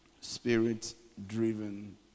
spirit-driven